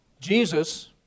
Jesus